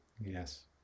Yes